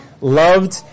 loved